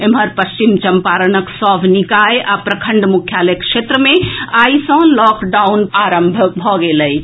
एम्हर पश्चिम चंपारणक सभ निकाय आ प्रखंड मुख्यालय क्षेत्र मे आइ सँ लॉकडाउन आरंभ भऽ गेल अछि